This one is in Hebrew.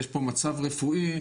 יש פה מצב רפואי,